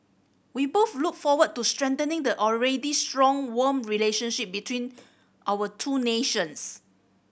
we both look forward to strengthening the already strong warm relationship between our two nations